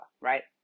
right